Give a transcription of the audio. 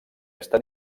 està